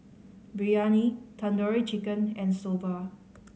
Biryani Tandoori Chicken and Soba